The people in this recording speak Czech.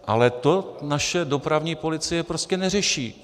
Ale to naše dopravní policie prostě neřeší.